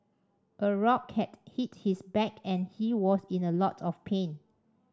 a rock had hit his back and he was in a lot of pain